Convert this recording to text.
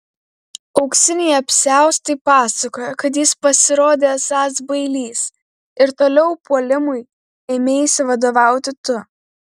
auksiniai apsiaustai pasakoja kad jis pasirodė esąs bailys ir toliau puolimui ėmeisi vadovauti tu